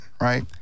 right